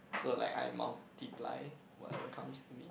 so like I multiply whatever comes to me